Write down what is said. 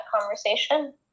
conversation